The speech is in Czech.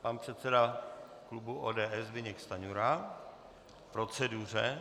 Pan předseda klubu ODS Zbyněk Stanjura k proceduře.